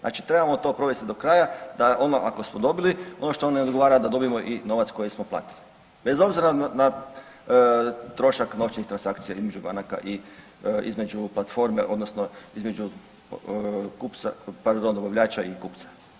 Znači trebamo to provesti do kraja da ono ako smo dobili ono što nam ne odgovara da dobijemo i novac koji smo platili bez obzira na trošak novčanih transakcija između banaka i između platforme odnosno između kupca pardon dobavljača i kupca.